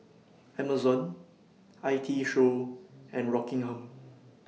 Amazon I T Show and Rockingham